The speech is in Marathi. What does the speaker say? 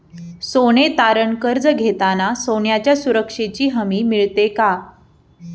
सोने तारण कर्ज घेताना सोन्याच्या सुरक्षेची हमी मिळते का?